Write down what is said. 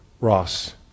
ross